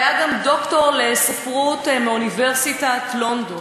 והיה גם דוקטור לספרות מטעם אוניברסיטת לונדון,